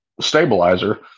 stabilizer